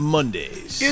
Mondays